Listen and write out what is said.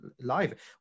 live